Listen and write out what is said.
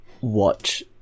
watch